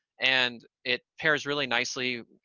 and it pairs really nicely.